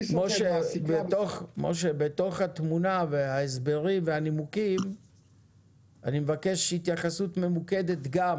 בתוך התמונה וההסברים והנימוקים אני מבקש התייחסות ממוקדת גם